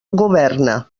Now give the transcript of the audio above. governa